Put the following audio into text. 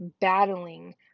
battling